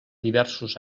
diversos